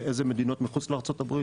ואילו מדינות מחוץ לארצות הברית?